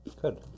Good